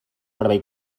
servei